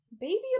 baby